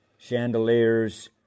Chandeliers